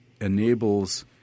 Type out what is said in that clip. enables